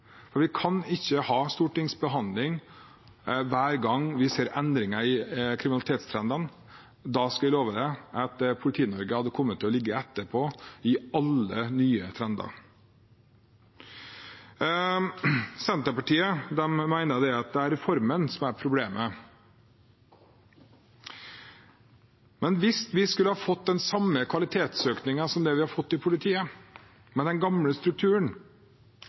Vi kan ikke ha stortingsbehandling hver gang vi ser endringer i kriminalitetstrendene. Da skal jeg love at Politi-Norge hadde kommet til å ligge etter i alle nye trender. Senterpartiet mener at det er reformen som er problemet. Hvis vi skulle ha fått den samme kvalitetsøkningen som vi har fått i politiet, med den gamle strukturen,